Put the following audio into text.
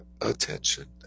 attention